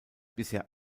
bisher